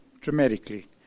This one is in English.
dramatically